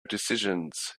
decisions